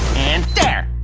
and, there!